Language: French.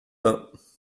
bains